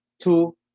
two